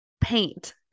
paint